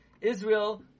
Israel